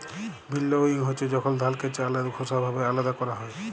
ভিল্লউইং হছে যখল ধালকে চাল আর খোসা ভাবে আলাদা ক্যরা হ্যয়